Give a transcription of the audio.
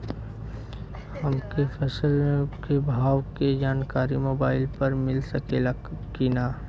हमके फसल के भाव के जानकारी मोबाइल पर मिल सकेला की ना?